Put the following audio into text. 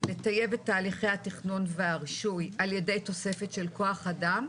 לטייב את תהליכי התכנון והרישוי על ידי תוספת של כח אדם,